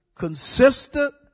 consistent